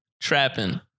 Trapping